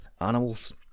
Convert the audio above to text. animals